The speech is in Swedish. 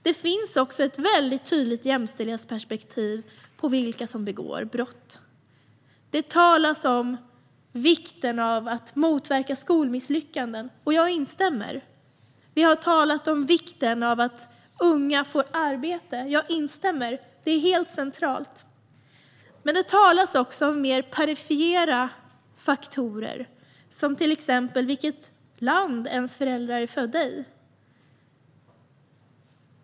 Det finns också ett tydligt jämställdhetsperspektiv när det gäller dem som begår brott. Det talas om vikten av att motverka skolmisslyckanden. Jag instämmer i det. Vi har talat om vikten av att unga får arbete. Jag instämmer i det. Det är helt centralt. Men det talas också om mer perifera faktorer såsom vilket land ens föräldrar är födda i.